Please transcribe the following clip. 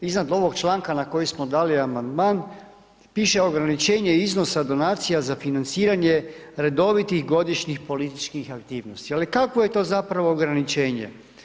Iznad ovog članka na koji smo dali amandman, piše ograničenje iznosa donacija za financiranje redovitih godišnjih političkih aktivnosti ali kakvo je to zapravo ograničenje?